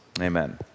Amen